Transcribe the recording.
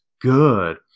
good